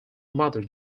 mother